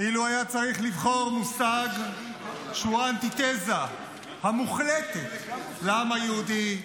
אילו היה צריך לבחור מושג שהוא האנטיתזה המוחלטת לעם היהודי,